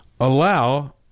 Allow